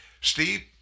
Steve